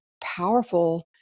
powerful